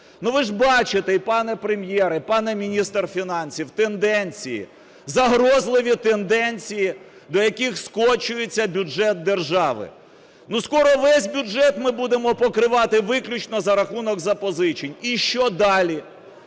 Ви ж бачите, і пане Прем'єре, і пане міністр фінансів, тенденції, загрозливі тенденції, до яких скочується бюджет держави. Скоро весь бюджет ми будемо покривати виключно за рахунок запозичень. І що далі?